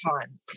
time